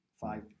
five